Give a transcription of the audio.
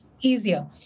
easier